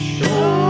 Show